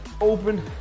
open